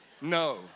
No